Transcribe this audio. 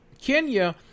kenya